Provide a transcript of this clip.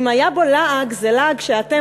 אם היה בו לעג זה לעג שאתם,